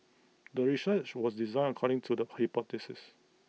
the research was designed according to the hypothesis